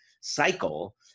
cycle